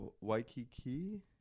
Waikiki